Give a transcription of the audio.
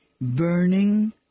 burning